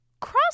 Cross